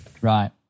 Right